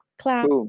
clap